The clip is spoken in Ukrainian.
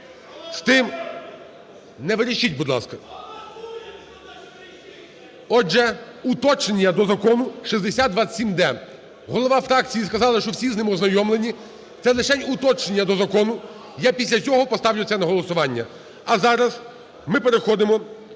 з тим… Не верещіть, будь ласка. Отже, уточнення до Закону 6027-д. Голови фракції сказали, що всі з ним ознайомлені, це лишень уточнення до закону. Я після цього поставлю це на голосування. А зараз ми переходимо